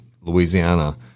Louisiana